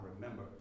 remember